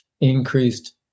increased